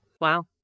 Wow